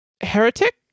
Heretic